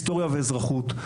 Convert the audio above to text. היסטוריה ואזרחות.